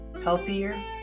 healthier